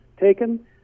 taken